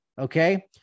Okay